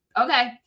Okay